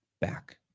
back